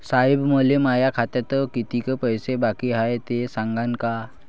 साहेब, मले माया खात्यात कितीक पैसे बाकी हाय, ते सांगान का?